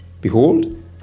Behold